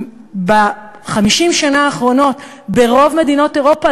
ב-50 השנה האחרונות ברוב מדינות אירופה,